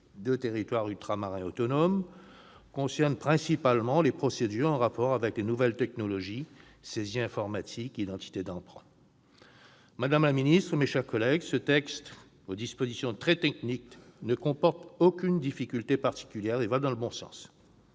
deux territoires ultramarins autonomes, concerne principalement les procédures en rapport avec les nouvelles technologies- saisies informatiques, identité d'emprunt. Madame la ministre, mes chers collègues, ce texte aux dispositions très techniques ne comporte aucune difficulté particulière et va dans le bon sens.